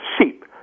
sheep